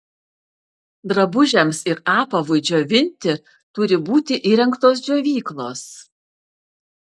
drabužiams ir apavui džiovinti turi būti įrengtos džiovyklos